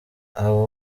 aba